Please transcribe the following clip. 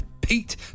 Pete